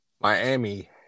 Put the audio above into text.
Miami